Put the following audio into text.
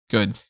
Good